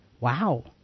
wow